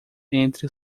entre